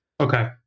Okay